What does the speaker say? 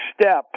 step